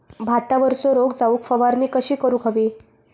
भातावरचो रोग जाऊक फवारणी कशी करूक हवी?